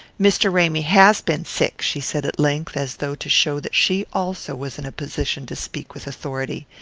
mr. ramy has been sick, she said at length, as though to show that she also was in a position to speak with authority.